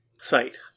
site